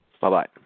Bye-bye